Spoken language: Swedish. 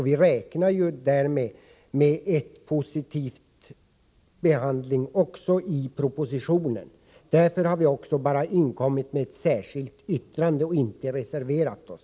Vi räknar av det skälet med en positiv behandling av våra motioner även i den proposition som kommer att läggas fram. Därför har v! i samband med behandlingen av detta betänkande endast avgett ett särskilt yttrande, inte någon reservation.